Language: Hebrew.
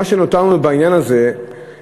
מה שנותר לנו בעניין הזה,